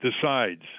decides